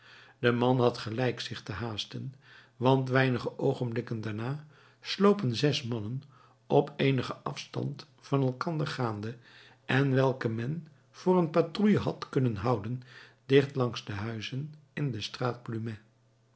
de man had gelijk zich te haasten want weinige oogenblikken daarna slopen zes mannen op eenigen afstand van elkander gaande en welke men voor een patrouille had kunnen houden dicht langs de huizen in de straat